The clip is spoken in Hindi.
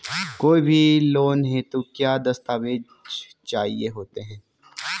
कोई भी लोन हेतु क्या दस्तावेज़ चाहिए होते हैं?